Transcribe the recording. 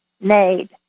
made